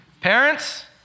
Parents